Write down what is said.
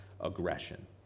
aggression